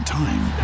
time